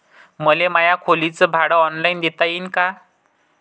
मले माया खोलीच भाड ऑनलाईन देता येईन का?